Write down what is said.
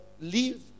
leave